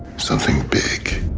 something big.